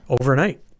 overnight